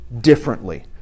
differently